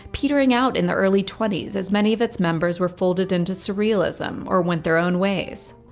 petering out in the early twenty s, as many of its members were folded into surrealism, or went their own ways.